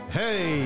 hey